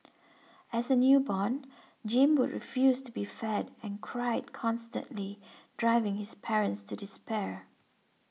as a newborn Jim would refuse to be fed and cried constantly driving his parents to despair